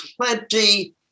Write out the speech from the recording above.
plenty